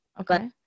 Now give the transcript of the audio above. Okay